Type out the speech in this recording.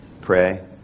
Pray